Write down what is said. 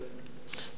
איש של אנשים,